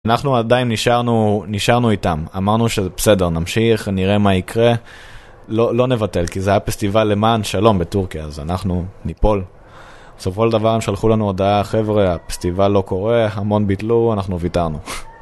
אנחנו עדיין נשארנו, נשארנו איתם, אמרנו שבסדר, נמשיך, נראה מה יקרה. לא נבטל, כי זה היה פסטיבל למען שלום בטורקיה, אז אנחנו ניפול. בסופו של דבר הם שלחו לנו הודעה, חבר'ה, הפסטיבל לא קורה, המון ביטלו, אנחנו ויתרנו.